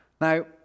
Now